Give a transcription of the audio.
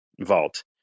vault